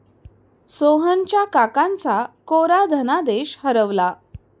सोहनच्या काकांचा कोरा धनादेश हरवला